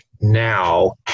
now